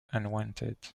unwanted